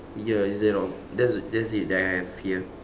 ya is that all that's that's it that I have here